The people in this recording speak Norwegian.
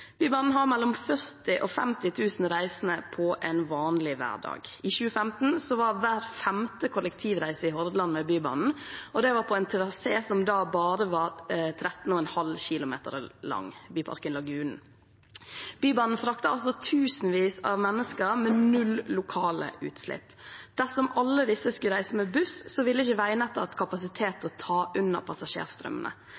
Bybanen har mellom 40 000 og 50 000 reisende på en vanlig hverdag. I 2015 var hver femte kollektivreise i Hordaland med Bybanen, og det var på en trasé som da bare var 13,5 kilometer lang, Byparken–Lagunen. Bybanen frakter altså tusenvis av mennesker, med null lokale utslipp. Dersom alle disse skulle reist med buss, ville ikke veinettet hatt kapasitet